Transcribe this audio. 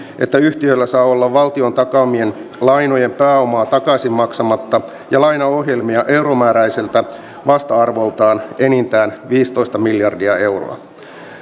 että yhtiöllä saa olla valtion takaamien lainojen pääomaa takaisin maksamatta ja lainaohjelmia euromääräiseltä vasta arvoltaan enintään viisitoista miljardia euroa